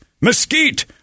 mesquite